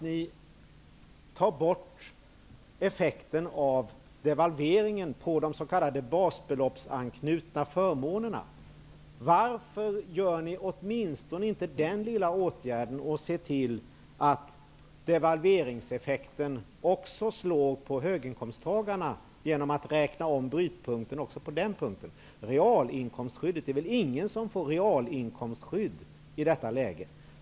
Ni tar bort effekten av devalveringen på de s.k. basbeloppsanknutna förmånerna. Varför vidtar ni inte åtminstone den lilla åtgärden att se till att devalveringseffekten också slår på höginkomsttagarna genom att räkna om brytpunkten också i fråga om detta. Det är väl ingen som får realinkomstskydd i detta läge.